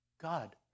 God